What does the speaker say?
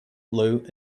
blue